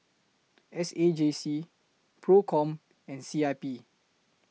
S A J C PROCOM and C I P